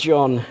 John